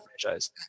franchise